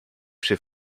przy